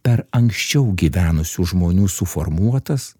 per anksčiau gyvenusių žmonių suformuotas